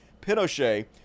Pinochet